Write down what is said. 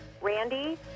Randy